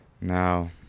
Now